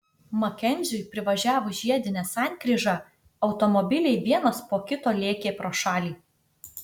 makenziui privažiavus žiedinę sankryžą automobiliai vienas po kito lėkė pro šalį